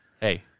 hey